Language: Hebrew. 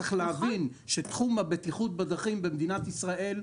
צריך להבין שתחום הבטיחות בדרכים במדינת ישראל,